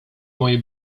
moje